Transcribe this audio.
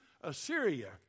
Assyria